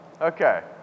Okay